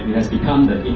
has become the